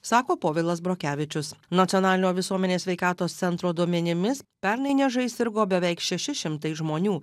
sako povilas brokevičius nacionalinio visuomenės sveikatos centro duomenimis pernai niežais sirgo beveik šeši šimtai žmonių